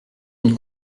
une